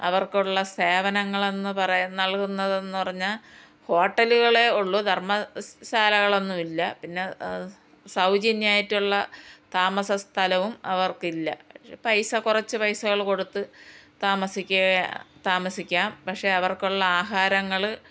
അവർക്കുള്ള സേവനങ്ങളെന്ന് പറയുന്ന നൽകുന്നതെന്ന് പറഞ്ഞാൽ ഹോട്ടലുകളെ ഉള്ളു ധർമ്മശാലകളൊന്നും ഇല്ല പിന്നെ സൗജന്യമായിട്ടുള്ള താമസസ്ഥലവും അവർക്കില്ല പൈസ കുറച്ച് പൈസകൾ കൊടുത്ത് താമസിക്കുക താമസിക്കാം പക്ഷേ അവർക്കുള്ള ആഹാരങ്ങൾ